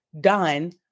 done